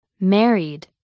Married